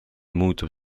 muutub